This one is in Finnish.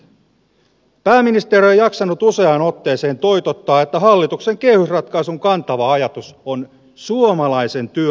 pääministeri on jaksanut useaan otteeseen toitottaa että hallituksen kehysratkaisun kantava ajatus on suomalaisen työn lisääminen